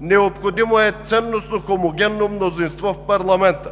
Необходимо е ценностно хомогенно мнозинство в парламента,